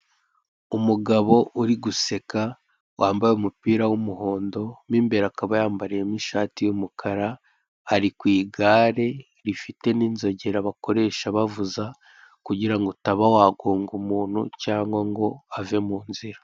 Umugabo uri guseka wambaye umupira w'umuhondo mo imbere akaba yambariyemo ishati y'umukara, ari ku igare rifite n'inzogera bakoresha bavuza, kugira ngo utaba wagonga umuntu cyangwa ngo ave mu nzira.